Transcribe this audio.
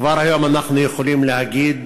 כבר היום אנחנו יכולים להגיד